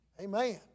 Amen